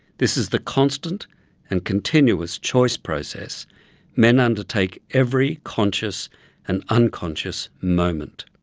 this is the constant and continuous choice process men undertake every conscious and unconscious moment.